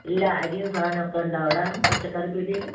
ഇല്ല അരിയും സാധനം ഒക്കെ ഉണ്ടാകുമോ ഇവിടെ പച്ചക്കറി പീടികയിൽ